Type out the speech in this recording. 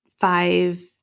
five